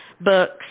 Books